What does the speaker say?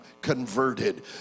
converted